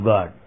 God